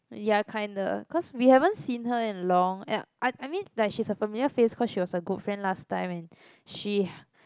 ya kinda cause we haven't seen her in long and I I mean like she's a familiar face cause she was a good friend last time and she